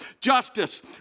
Justice